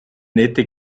nette